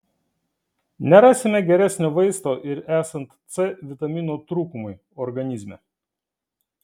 nerasime geresnio vaisto ir esant c vitamino trūkumui organizme